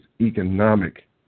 economic